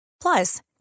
Plus